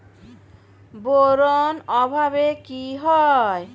Boron অভাবে কি হয়?